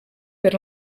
per